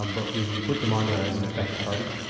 um but we put them on there as an affected party.